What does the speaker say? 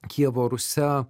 kijevo rusia